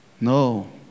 No